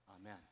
Amen